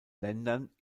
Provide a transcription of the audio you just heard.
ländern